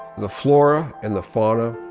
the flora and the fauna,